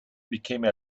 became